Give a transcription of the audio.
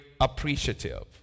appreciative